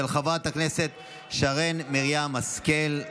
של חברת הכנסת שרן מרים השכל.